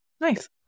Nice